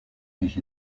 mich